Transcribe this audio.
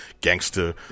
gangster